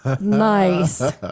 nice